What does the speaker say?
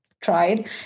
tried